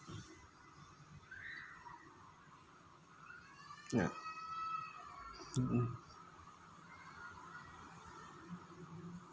ya mmhmm